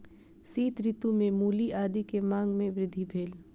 शीत ऋतू में मूली आदी के मांग में वृद्धि भेल